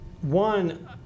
one